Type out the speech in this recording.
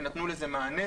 ונתנו לזה מענה.